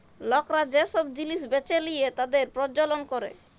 লকরা যে সব জিলিস বেঁচে লিয়ে তাদের প্রজ্বলল ক্যরে